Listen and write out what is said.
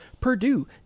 Purdue